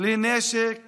כלי נשק